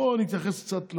בוא נתייחס קצת,